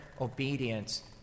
obedience